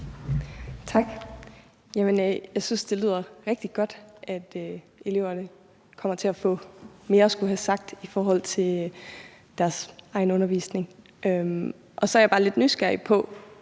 Tak. Jeg synes, det lyder rigtig godt, at eleverne kommer til at få mere at skulle have sagt i forhold til deres egen undervisning. Så har jeg bare et spørgsmål.